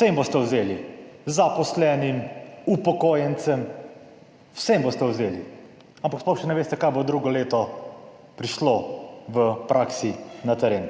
jim boste vzeli, zaposlenim, upokojencem, vsem boste vzeli, ampak sploh še ne veste, kaj bo drugo leto prišlo v praksi na teren.